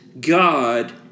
God